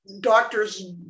doctors